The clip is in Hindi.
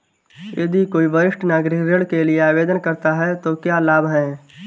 यदि कोई वरिष्ठ नागरिक ऋण के लिए आवेदन करता है तो क्या लाभ हैं?